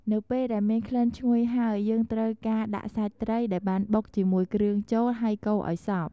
នៅពេលដែលមានក្លិនឈ្ងុយហើយ យើងត្រូវការដាក់សាច់ត្រីដែលបានបុកជាមួយគ្រឿងចូល ហើយកូរឲ្យសប់។